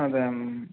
అదే